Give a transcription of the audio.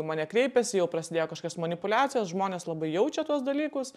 į mane kreipiasi jau prasidėjo kažkokios manipuliacijos žmonės labai jaučia tuos dalykus